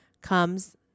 comes